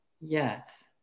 Yes